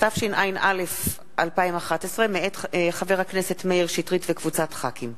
התשע”א 2011, מאת חברי הכנסת כרמל שאמה,